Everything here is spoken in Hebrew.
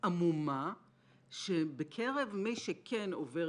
שהיא תחושת בטן עמומה שבקרב מי שכן עובר